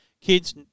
kids